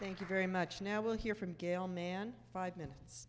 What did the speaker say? thank you very much now we'll hear from gail min five minutes